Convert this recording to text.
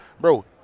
Bro